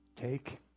Take